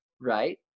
Right